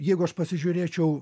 jeigu aš pasižiūrėčiau